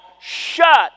shut